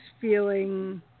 feeling